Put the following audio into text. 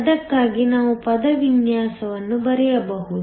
ಅದಕ್ಕಾಗಿ ನಾವು ಪದವಿನ್ಯಾಸವನ್ನು ಬರೆಯಬಹುದು